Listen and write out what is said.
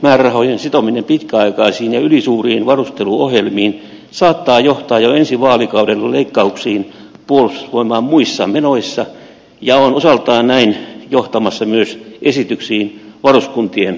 puolustusmäärärahojen sitominen pitkäaikaisiin ja ylisuuriin varusteluohjelmiin saattaa johtaa jo ensi vaalikaudella leikkauksiin puolustusvoimain muissa menoissa ja on osaltaan näin johtamassa myös esityksiin varuskuntien lopettamisista